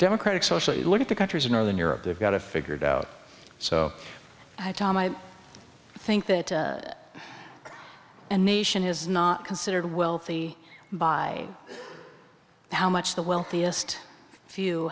democratic social you look at the countries in northern europe they've got to figure it out so i tom i think that and nation is not considered wealthy by how much the wealthiest